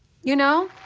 you know.